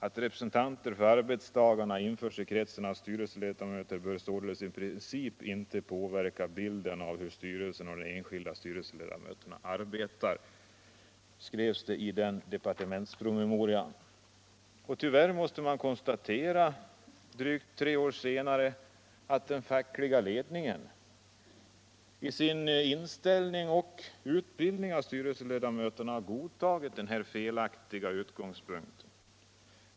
Att representanter för arbetstagarna införs i kretsen av styrelseledamöter bör således i princip inte påverka bilden av hur styrelsen och de enskilda styrelseledamöterna arbetar.” Tyvärr måste vi konstatera drygt tre år senare, att den fackliga ledningen i sin inställning och utbildning av styrelseledamöterna har godtagit denna felaktiga utgångspunkt.